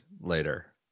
later